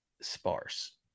sparse